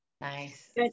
Nice